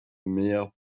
mehr